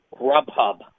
Grubhub